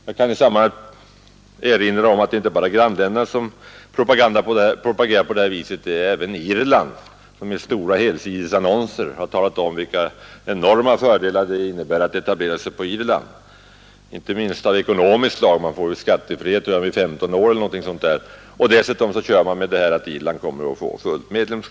Jag kan i sammanhanget erinra om att det inte är bara grannländerna som propagerar på det här viset — det är även Irland, som i helsidesannonser har talat om, vilka enorma fördelar det innebär att etablera sig på Irland. Det gäller inte minst fördelar av ekonomiskt slag — skattefrihet i 15 år eller någonting sådant. Och dessutom kör man med fördelen av att Irland kommer att få fullt medlemskap.